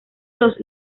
los